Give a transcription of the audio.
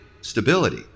stability